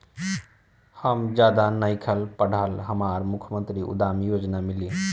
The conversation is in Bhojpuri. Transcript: हम ज्यादा नइखिल पढ़ल हमरा मुख्यमंत्री उद्यमी योजना मिली?